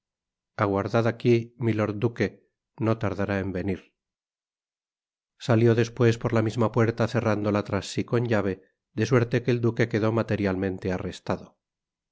aguardad aqui milord duque no tardará en venir salió despues por la misma puerta cerrándola tias si con llave de suerte que el duque quedó materialmente arrestado